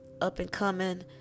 up-and-coming